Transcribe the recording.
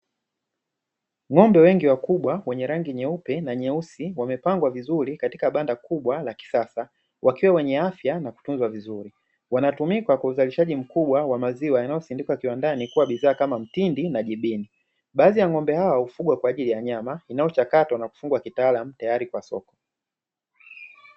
Ng'ombe wengi wakubwa wenye rangi nyeupe na nyeusi, wamepangwa vizuri katika banda kubwa la kisasa, wakiwa wenye afya na kutunzwa vizuri. Wanatumika kwa uzalishaji mkubwa wa maziwa, yanayosindikwa kiwandani kuwa bidhaa kama mtindi na jibini. Baadhi ya ng'ombe hao hufugwa kwa ajili ya nyama, inayochakatwa na kufungwa kitaalamu tayari kwa soko.